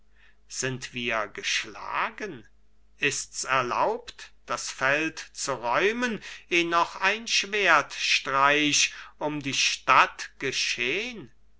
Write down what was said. sind wir geschlagen ists erlaubt das feld zu räumen eh noch ein schwertstreich um die stadt geschehn